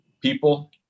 people